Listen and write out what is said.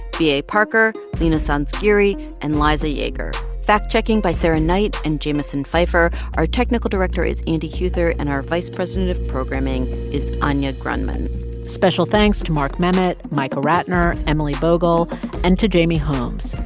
b a. parker, leena sanzgiri, and liza yeager. fact checking by sarah knight and jamison pfeifer. our technical director is andy huether, and our vice president of programming is anya grundmann special thanks to mark memmott, michael ratner, emily bogle and to jamie holmes.